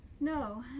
No